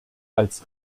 als